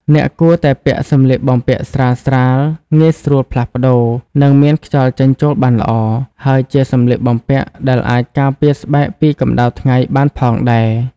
អ្នកគួរតែពាក់សម្លៀកបំពាក់ស្រាលៗ ងាយស្រួលផ្លាស់ប្ដូរ និងមានខ្យល់ចេញចូលបានល្អ ហើយជាសម្លៀកបំពាក់ដែលអាចការពារស្បែកពីកម្ដៅថ្ងៃបានផងដែរ។